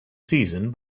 season